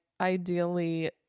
ideally